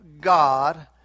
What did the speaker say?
God